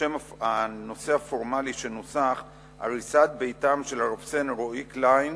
השם הפורמלי שנוסח: "הריסת בתיהם של רב-סרן רועי קליין